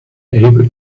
able